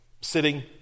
sitting